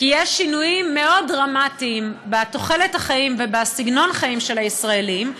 כי יש שינויים מאוד דרמטיים בתוחלת החיים ובסגנון החיים של הישראלים,